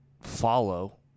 follow